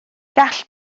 gall